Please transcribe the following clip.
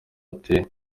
yateye